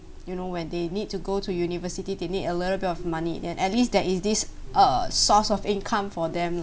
you know when they need to go to university they need a little bit of money then at least there is this a source of income for them